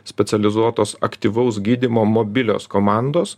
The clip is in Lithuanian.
specializuotos aktyvaus gydymo mobilios komandos